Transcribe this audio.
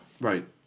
Right